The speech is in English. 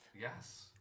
yes